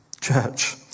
church